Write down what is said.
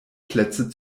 plätze